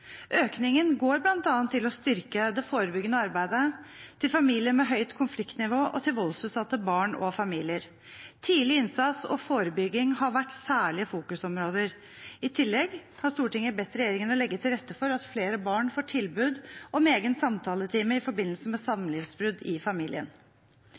Økningen går bl.a. til å styrke det forebyggende arbeidet, til familier med høyt konfliktnivå og til voldsutsatte barn og familier. Tidlig innsats og forebygging har vært særlige fokusområder. I tillegg har Stortinget bedt regjeringen om å legge til rette for at flere barn får tilbud om egen samtaletime i forbindelse med